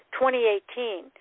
2018